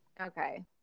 okay